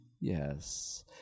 Yes